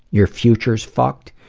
your future's fucked